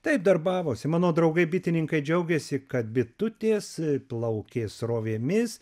taip darbavosi mano draugai bitininkai džiaugėsi kad bitutės plaukė srovėmis